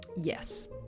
Yes